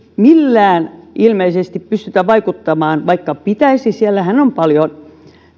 millään ilmeisesti pystytä vaikuttamaan vaikka pitäisi siellähän on paljon